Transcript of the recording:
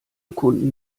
kunden